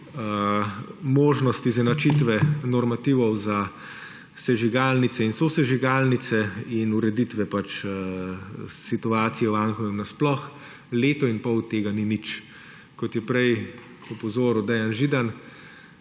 možnost izenačitve normativov za sežigalnice in sosežigalnice in ureditve situacije v Anhovem sploh; leto in pol od tega ni nič. Kot je prej opozoril Dejan Židan,